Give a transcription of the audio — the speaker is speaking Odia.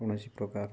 କୌଣସି ପ୍ରକାର